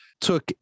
took